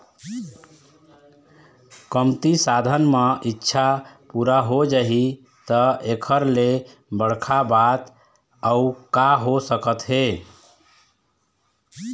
कमती साधन म इच्छा पूरा हो जाही त एखर ले बड़का बात अउ का हो सकत हे